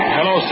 Hello